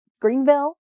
Greenville